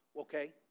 Okay